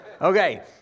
Okay